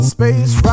Space